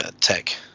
Tech